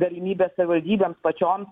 galimybės savivaldybėms pačioms